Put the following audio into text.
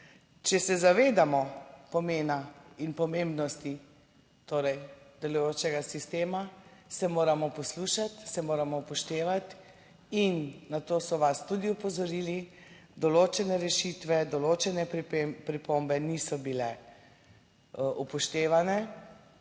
če se zavedamo pomena in pomembnosti torej delujočega sistema, se moramo poslušati, se moramo upoštevati in na to so vas tudi opozorili. Določene rešitve, določene pripombe niso bile upoštevane